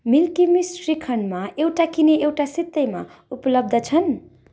milky Mist श्रीखण्डमा एउटा किने एउटा सित्तैमा उपलब्ध छन्